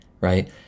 right